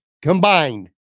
combined